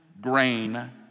grain